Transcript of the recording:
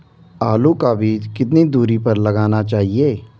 आलू का बीज कितनी दूरी पर लगाना चाहिए?